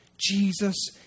Jesus